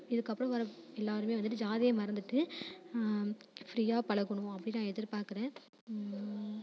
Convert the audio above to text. இதுக்கப்புறம் வர எல்லோருமே வந்துட்டு ஜாதியை மறந்துவிட்டு ஃப்ரீயாக பழகணும் அப்படின்னு நான் எதிர்பார்க்குறேன்